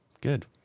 Good